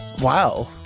Wow